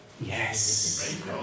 Yes